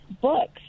books